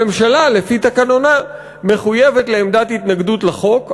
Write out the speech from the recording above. הממשלה לפי תקנונה מחויבת לעמדת התנגדות לחוק,